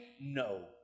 No